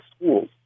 schools